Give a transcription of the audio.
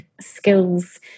skills